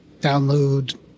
download